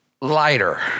lighter